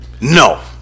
No